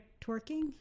twerking